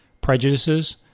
prejudices